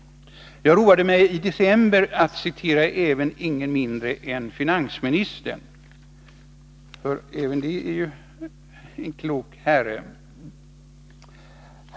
Jag roade mig i december med att citera ingen mindre än finansministern, för även han är en klok herre.